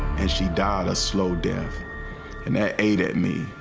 and she died a slow death. and that ate at me.